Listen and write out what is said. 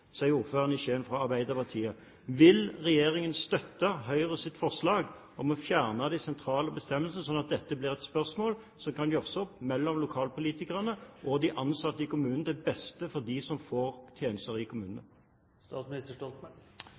ordføreren i Skien, fra Arbeiderpartiet. Vil regjeringen støtte Høyres forslag om å fjerne de sentrale bestemmelsene, slik at dette blir et spørsmål som kan gjøres opp mellom lokalpolitikerne og de ansatte i kommunen, til beste for dem som får tjenester i